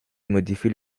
modifient